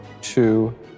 two